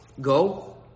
go